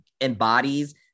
embodies